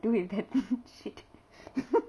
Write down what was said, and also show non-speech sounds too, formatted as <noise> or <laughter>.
do with that shit <noise>